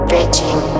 Beijing